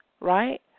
right